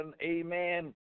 amen